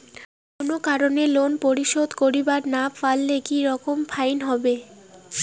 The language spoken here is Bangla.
কোনো কারণে লোন পরিশোধ করিবার না পারিলে কি রকম ফাইন হবে?